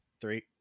Three